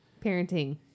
Parenting